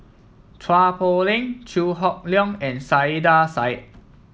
Chua Poh Leng Chew Hock Leong and Saiedah Said